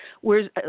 Whereas